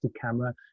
camera